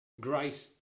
grace